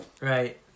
Right